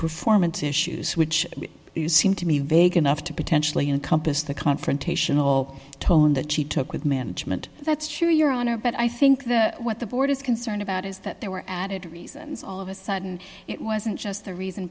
performance issues which you seem to me vague enough to potentially encompass the confrontational tone that she took with management that's true your honor but i think that what the board is concerned about is that there were added reasons all of a sudden it wasn't just the reason